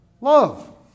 love